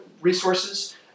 resources